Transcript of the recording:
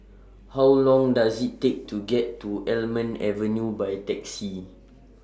How Long Does IT Take to get to Almond Avenue By Taxi